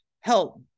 help